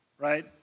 right